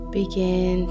begin